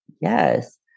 Yes